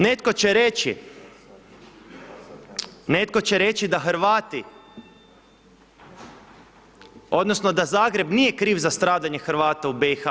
Netko će reći, netko će reći da Hrvati odnosno da Zagreb nije kriv za stradanje Hrvata u BiH.